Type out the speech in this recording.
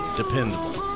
dependable